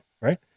right